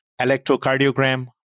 electrocardiogram